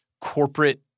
corporate